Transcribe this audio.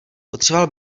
potřeboval